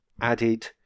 added